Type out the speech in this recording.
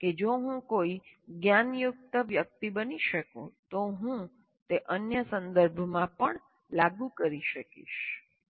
કે જો હું કોઈ જ્ઞાનયુક્ત વ્યક્તિ બની શકું તો હું તે અન્ય સંદર્ભોમાં પણ લાગુ કરી શકીશ